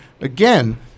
again